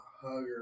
hugger